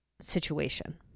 situation